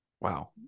Wow